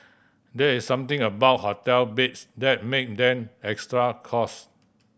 there is something about hotel beds that make them extra cost